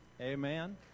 Amen